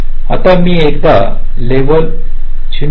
आता मी एकदा लेव्हलड 1